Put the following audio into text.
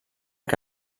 que